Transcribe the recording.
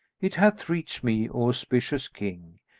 it hath reached me, o auspicious king,